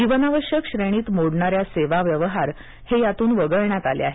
जीवनावश्यक श्रेणीत मोडणाऱ्या सेवा आणि व्यवहार हे यातून वगळण्यात आले आहेत